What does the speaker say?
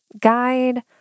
guide